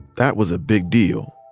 that was a big deal.